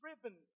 driven